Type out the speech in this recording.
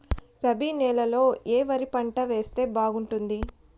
రబి నెలలో ఏ వరి పంట వేస్తే బాగుంటుంది